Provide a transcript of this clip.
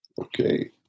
okay